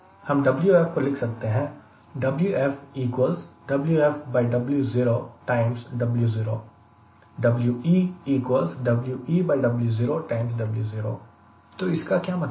हम Wf को लिख सकते हैं तो इसका क्या मतलब है